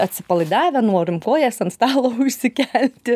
atsipalaidavę norim kojas ant stalo užsikelti